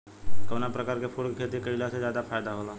कवना प्रकार के फूल के खेती कइला से ज्यादा फायदा होला?